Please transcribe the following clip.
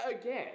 again